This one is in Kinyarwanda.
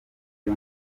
ryo